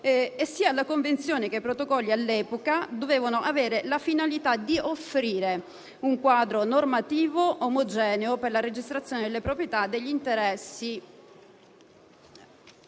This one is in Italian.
Sia la convenzione che i protocolli, all'epoca, dovevano avere la finalità di offrire un quadro normativo omogeneo per la registrazione delle proprietà, degli interessi